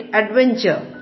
adventure